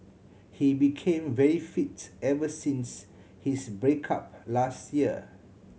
he became very fit ever since his break up last year